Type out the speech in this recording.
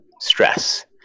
stress